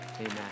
Amen